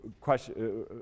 question